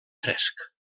fresc